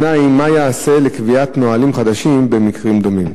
2. מה ייעשה לקביעת נהלים חדשים במקרים דומים?